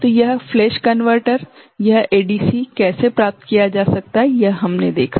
तो यह flash converter यह एडीसी कैसे प्राप्त किया जा सकता है यह हमने देखा